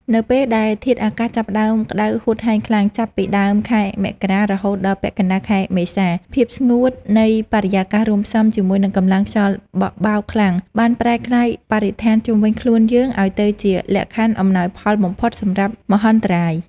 នៅពេលដែលធាតុអាកាសចាប់ផ្ដើមក្ដៅហួតហែងខ្លាំង ចាប់ពីដើមខែមករា រហូតដល់ពាក់កណ្ដាលខែមេសា ភាពស្ងួតនៃបរិយាកាសរួមផ្សំជាមួយនឹងកម្លាំងខ្យល់បក់បោកខ្លាំង បានប្រែក្លាយបរិស្ថានជុំវិញខ្លួនយើងឱ្យទៅជាលក្ខខណ្ឌអំណោយផលបំផុតសម្រាប់មហន្តរាយ។